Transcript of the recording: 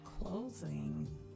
closing